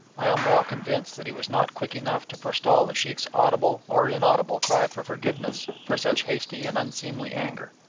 i am well convinced that he was not quick enough to forestall the sheikh's audible or inaudible cry for forgiveness for such hasty and unseemly anger.